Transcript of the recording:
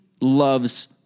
loves